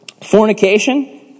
Fornication